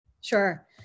Sure